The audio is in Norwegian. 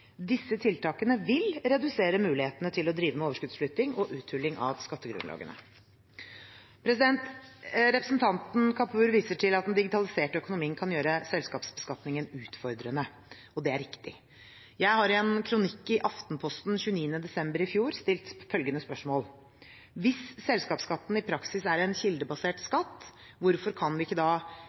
Disse tiltakene vil redusere mulighetene til å drive med overskuddsflytting og uthuling av skattegrunnlag. Representanten Kapur viser til at den digitaliserte økonomien kan gjøre selskapsbeskatning utfordrende. Det er riktig. Jeg har i en kronikk i Aftenposten 29. desember i fjor stilt spørsmålet: Hvis selskapsskatten i praksis er en kildebasert skatt, hvorfor kan vi ikke da